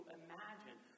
imagine